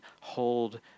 hold